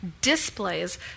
displays